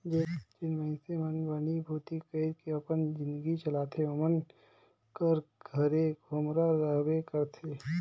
जेन मइनसे मन बनी भूती कइर के अपन जिनगी चलाथे ओमन कर घरे खोम्हरा रहबे करथे